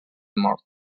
mort